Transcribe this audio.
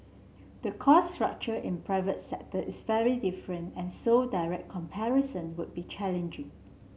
the cost structure in private sector is very different and so direct comparison would be challenging